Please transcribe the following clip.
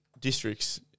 District's